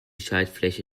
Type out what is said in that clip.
schaltfläche